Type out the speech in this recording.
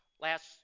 Last